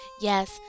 Yes